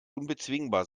unbezwingbar